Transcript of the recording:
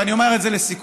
ואני אומר את זה לסיכום,